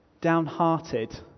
downhearted